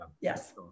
yes